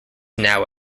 now